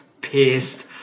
pissed